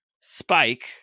Spike